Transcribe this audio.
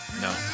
No